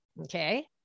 Okay